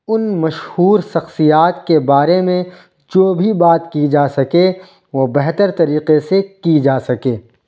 ان مشہور شخصیات کے بارے میں جو بھی بات کی جا سکے وہ بہتر طریقے سے کی جا سکے